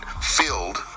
filled